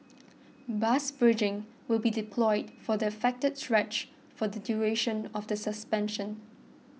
bus bridging will be deployed for the affected stretch for the duration of the suspension